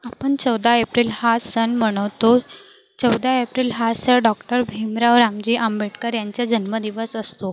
आपण चौदा एप्रिल हा सण मनवतो चौदा एप्रिल हा स डॉक्टर भीमराव रामजी आंबेडकर यांचा जन्मदिवस असतो